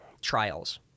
trials